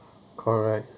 correct